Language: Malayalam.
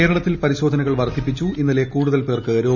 കേരളത്തിൽ പരിശോധനകൾ വർദ്ധിപ്പിച്ചു ഇന്നലെ കൂടുതൽ പേർക്ക് രോഗമുക്തി